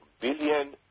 billion